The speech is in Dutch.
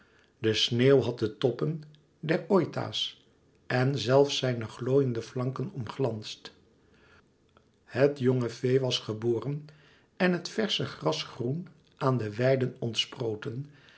de sneeuw had de toppen des oita's en zelfs zijne glooiende flanken omglansd het jonge vee was geboren en het versche gras groen aan de weiden